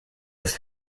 ist